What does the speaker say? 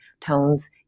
tones